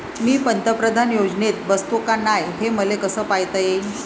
मी पंतप्रधान योजनेत बसतो का नाय, हे मले कस पायता येईन?